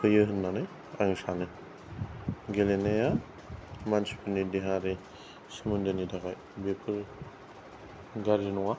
होयो होननानै आङो सानो गेलेनाया मानसिफोरनि देहायारि सोमोन्दोनि थाखाय बेफोर गारजि नङा